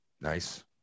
Nice